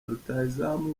rutahizamu